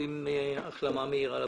ושולחים החלמה מהירה לפצועים.